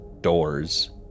doors